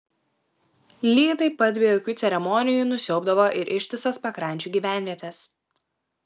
lygiai taip pat be jokių ceremonijų nusiaubdavo ir ištisas pakrančių gyvenvietes